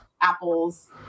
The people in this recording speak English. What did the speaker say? apples